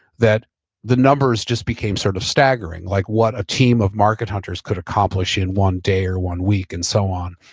that the numbers just became sort of staggering. like what a team of market hunters could accomplish in one day or one week and so on.